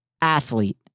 athlete